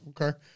Okay